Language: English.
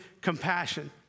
compassion